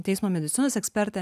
teismo medicinos ekspertę